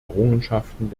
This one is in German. errungenschaften